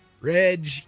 Reg